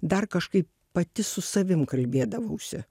dar kažkaip pati su savim kalbėdavausi